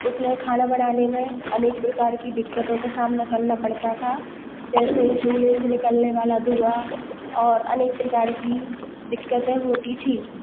उसमें खाना बनाने में अनेक प्रकार की दिक्कतों का सामना करना पड़ता था जैसे चूल्हे से निकलने वाला धुआँ और अनेक प्रकार की दिक्कतें होती थी